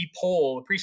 poll